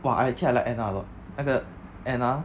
!wah! I actually I like anna a lot 那个 anna